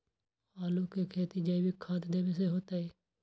आलु के खेती जैविक खाध देवे से होतई?